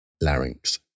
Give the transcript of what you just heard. larynx